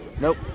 nope